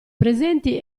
presenti